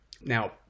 Now